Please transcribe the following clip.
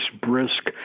brisk